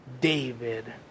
David